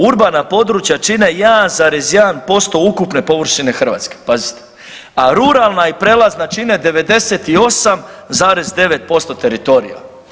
Urbana područja čine 1,1% ukupne površine Hrvatske pazite, a ruralna i prelazna čine 98,9% teritorija.